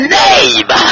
name